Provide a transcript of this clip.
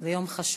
זה יום חשוב.